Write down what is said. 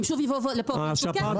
הם שוב יבואו לפה ויבקשו כסף.